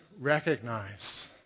recognize